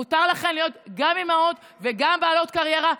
מותר לכן להיות גם אימהות וגם בעלות קריירה.